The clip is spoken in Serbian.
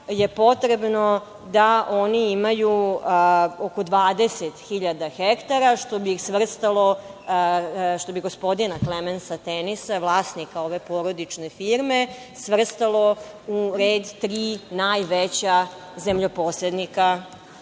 je potrebno da oni imaju oko 20.000 hektara, što bi ih svrstalo, što bi gospodina Klemensa Tenisa, vlasnika ove porodične firme, svrstalo u red tri najveća zemljoposednika